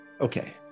Okay